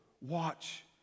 Watch